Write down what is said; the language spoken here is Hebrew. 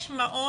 יש מעון,